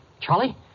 Charlie